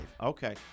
Okay